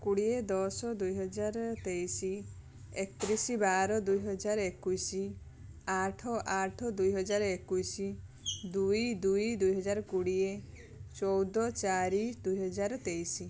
କୋଡ଼ିଏ ଦଶ ଦୁଇହଜାର ତେଇଶି ଏକତିରିଶି ବାର ଦୁଇହଜାର ଏକୋଇଶି ଆଠ ଆଠ ଦୁଇହଜାର ଏକୋଇଶି ଦୁଇ ଦୁଇ ଦୁଇ ହଜାର କୋଡ଼ିଏ ଚଉଦ ଚାରି ଦୁଇହଜାର ତେଇଶି